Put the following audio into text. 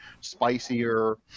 spicier